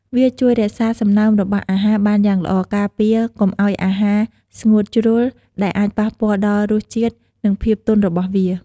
វាជួយ រក្សាសំណើមរបស់អាហារ បានយ៉ាងល្អ ការពារកុំឱ្យអាហារស្ងួតជ្រុល ដែលអាចប៉ះពាល់ដល់រសជាតិ និងភាពទន់របស់វា។